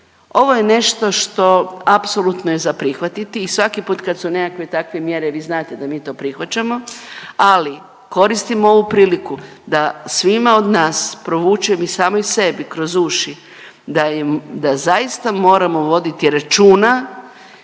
ovo je nešto što apsolutno je za prihvatiti i svaki put kad su nekakve takve mjere, vi znate da mi to prihvaćamo, ali koristim ovu priliku da svima od nas provučem, i samoj sebi kroz uši da je, da zaista moramo voditi računa